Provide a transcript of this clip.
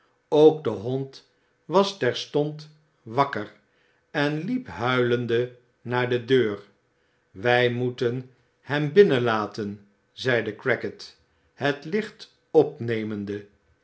ook de hond was terstond wakker en liep huilende naar de deur wij moeten hem binnenlaten zeide crackit het licht opnemende